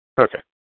Okay